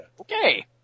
okay